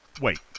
Wait